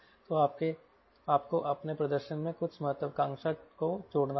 तो आपको अपने प्रदर्शन में कुछ महत्वाकांक्षा को जोड़ना होगा